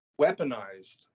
weaponized